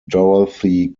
dorothy